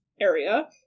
area